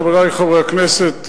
חברי חברי הכנסת,